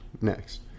next